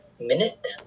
minute